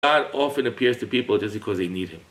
God often appears to people just because they need Him.